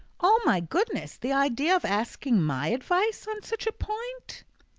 oh, my goodness, the idea of asking my advice on such a point!